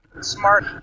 smart